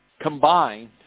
combined